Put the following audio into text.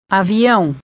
avião